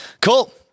Cool